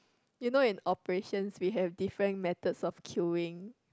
you know in operations we have different methods of queuing